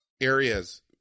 areas